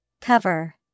Cover